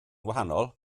gwahanol